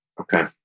Okay